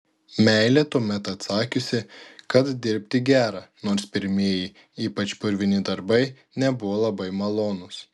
meilė tuomet atsakiusi kad dirbti gera nors pirmieji ypač purvini darbai nebuvo labai malonūs